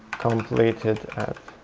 completed at.